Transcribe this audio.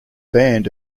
band